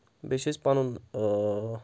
بیٚیہِ چھِ أسۍ پَنُن